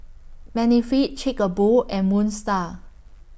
Benefit Chic A Boo and Moon STAR